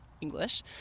English